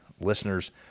listeners